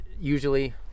usually